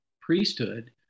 priesthood